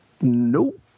Nope